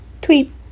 tweet